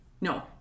No